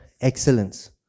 excellence